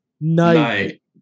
Night